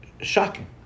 shocking